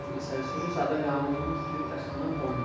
سُہ چھُ ستن گامن ہُنٛد سُہ چھُ تتھ چھِ ونان کۄنٛڈ